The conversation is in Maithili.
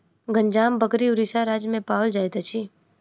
गंजाम बकरी उड़ीसा राज्य में पाओल जाइत अछि